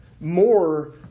more